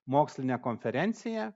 mokslinę konferenciją